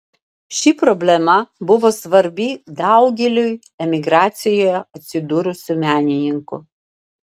ši problema buvo svarbi daugeliui emigracijoje atsidūrusių menininkų